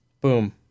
boom